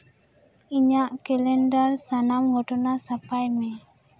ᱤᱧᱟᱹᱜ ᱠᱮᱞᱮᱱᱰᱟᱨ ᱥᱟᱱᱟᱢ ᱜᱷᱚᱴᱚᱱᱟ ᱥᱟᱯᱷᱟᱭ ᱢᱮ